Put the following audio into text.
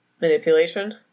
manipulation